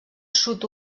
sud